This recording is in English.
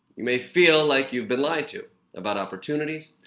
you may feel like you've been lied to about opportunities,